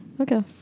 Okay